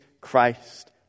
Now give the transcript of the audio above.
Christ